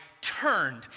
turned